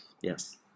yes